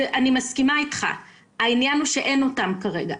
אבל העניין הוא שאין אותם כרגע.